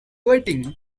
waiting